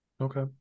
Okay